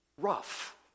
rough